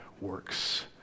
works